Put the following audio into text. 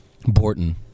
Borton